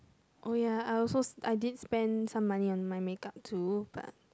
oh ya I also I did spend some money on my makeup too but